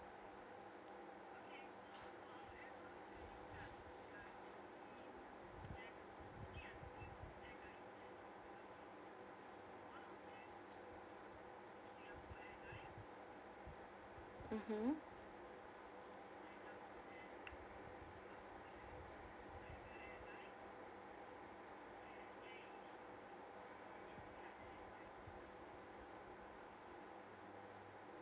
mmhmm